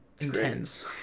intense